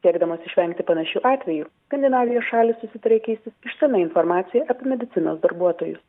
siekdamas išvengti panašių atvejų skandinavijos šalys susitarė keistis išsamia informacija ape medicinos darbuotojus